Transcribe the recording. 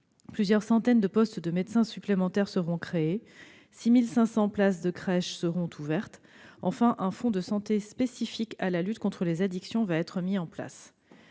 Plusieurs centaines de postes de médecins supplémentaires seront créés et 6 500 places de crèche ouvertes. En outre, un fonds de santé spécifique à la lutte contre les addictions va être mis en place.